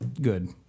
good